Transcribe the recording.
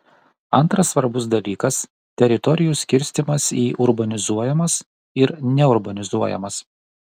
antras svarbus dalykas teritorijų skirstymas į urbanizuojamas ir neurbanizuojamas